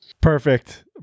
Perfect